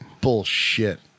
bullshit